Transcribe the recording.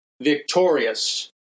victorious